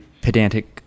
pedantic